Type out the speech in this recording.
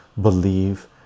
believe